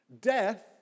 Death